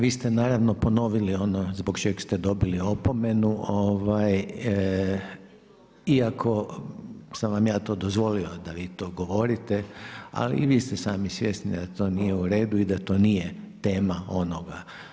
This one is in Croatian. Vi ste naravno ponovili ono zbog čeg ste dobili opomenu, ovaj iako sam vam ja to dozvolio da vi to govorite, ali i vi ste sami svjesni da to nije u redu i da to nije tema onoga.